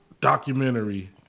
documentary